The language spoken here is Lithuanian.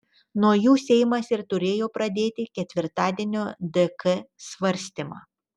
nuo jų seimas ir turėjo pradėti ketvirtadienio dk svarstymą